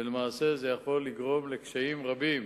ולמעשה זה יכול לגרום לקשיים רבים